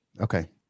Okay